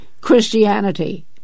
Christianity